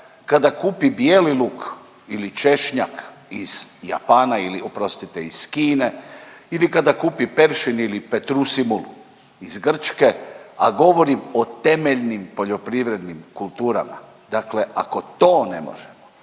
kada kupi bijeli luk ili češnjak iz Japana ili oprostite iz Kine ili kada kupi peršin ili petroselinum iz Grčke, a govorimo o temeljnim poljoprivrednim kulturama, dakle ako to ne možemo